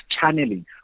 channeling